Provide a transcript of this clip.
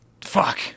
Fuck